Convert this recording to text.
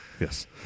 Yes